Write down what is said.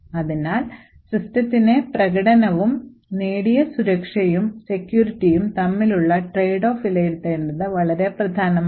അതിനാൽ സിസ്റ്റത്തിന്റെ പ്രകടനവും നേടിയ സുരക്ഷയും തമ്മിലുള്ള ട്രേഡ് ഓഫ് വിലയിരുത്തേണ്ടത് വളരെ പ്രധാനമാണ്